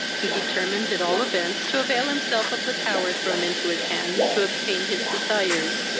he determined at all events to avail himself of the power thrown into his hands to obtain his desires,